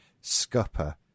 scupper